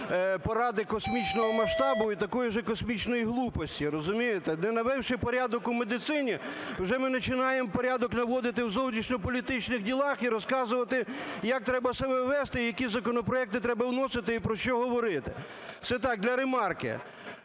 поради космічного масштабу і такої же космічної глупості. Розумієте? Не навівши порядок у медицині, вже ми начинаємо порядок наводити в зовнішньополітичних ділах і розказувати, як треба себе вести і які законопроекти треба вносити, і про що говорити, це так для ремарки.